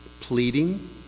Pleading